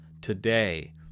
today